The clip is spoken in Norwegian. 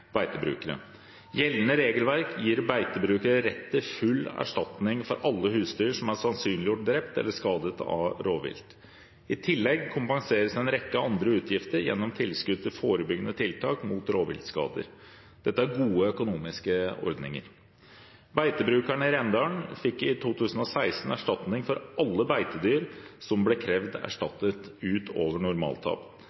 beitebrukere. Gjeldende regelverk gir beitebrukere rett til full erstatning for alle husdyr som er sannsynliggjort drept eller skadet av rovvilt. I tillegg kompenseres en rekke andre utgifter gjennom tilskudd til forebyggende tiltak mot rovviltskader. Dette er gode økonomiske ordninger. Beitebrukerne i Rendalen fikk i 2016 erstatning for alle beitedyr som ble krevd